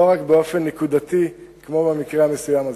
לא רק באופן נקודתי, כמו במקרה המסוים הזה.